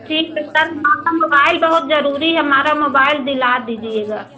ठीक है सर हमारा मोबाइल बहुत ज़रूरी है हमारा मोबाइल दिला दीजिएगा